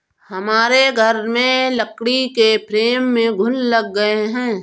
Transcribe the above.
हमारे घर में लकड़ी के फ्रेम में घुन लग गए हैं